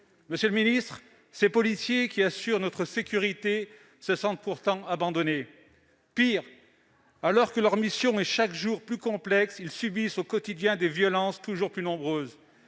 Pourtant, ces policiers qui assurent notre sécurité se sentent abandonnés. Pire, alors que leur mission est chaque jour plus complexe, ils subissent au quotidien des violences toujours plus nombreuses